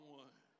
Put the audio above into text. one